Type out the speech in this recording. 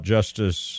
Justice